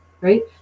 right